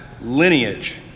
lineage